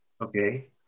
Okay